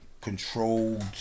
controlled